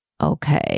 Okay